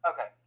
Okay